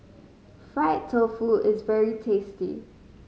fried tofu is very tasty